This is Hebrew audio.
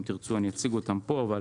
אם תרצו, אני אציג אותם פה, אבל